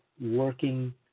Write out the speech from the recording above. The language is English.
working